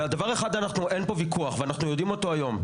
ועל דבר אחד פה אין לו ויכוח ואנחנו יודעים אותו היום.